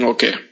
Okay